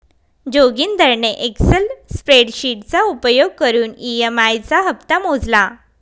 जोगिंदरने एक्सल स्प्रेडशीटचा उपयोग करून ई.एम.आई चा हप्ता मोजला